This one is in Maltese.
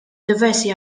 diversi